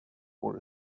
for